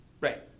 Right